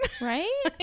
right